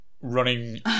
running